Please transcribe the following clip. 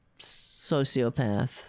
sociopath